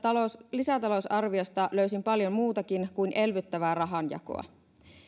lisätalousarviosta löysin paljon muutakin kuin elvyttävää rahanjakoa